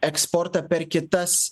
eksportą per kitas